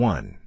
One